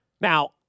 Now